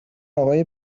آقای